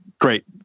Great